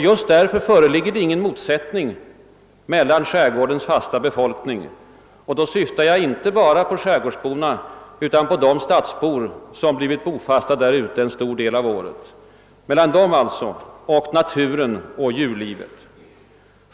Just därför föreligger det inte någon motsättning mellan skärgårdens fasta befolkning — och då syftar jag inte bara på skärgårdsborna utan även på de stadsbor som blivit bofasta därute en stor del av året — och naturen och djurlivet.